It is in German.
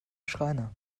schreiner